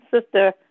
Sister